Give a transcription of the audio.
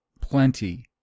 plenty